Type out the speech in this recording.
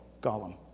Gollum